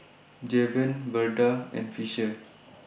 Javen Verda and Fisher